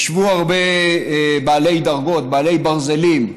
ישבו הרבה בעלי דרגות, בעלי ברזלים,